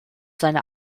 seiner